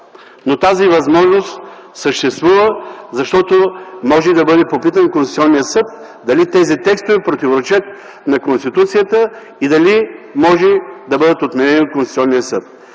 Но тази възможност съществува, защото може да бъде попитан Конституционния съд дали тези текстове противоречат на Конституцията и дали може да бъдат отменени от Конституционния съд.